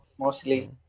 Mostly